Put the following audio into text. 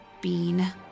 bean